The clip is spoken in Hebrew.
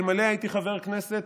אלמלא הייתי חבר כנסת,